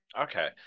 Okay